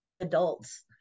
adults